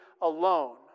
alone